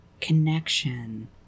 connection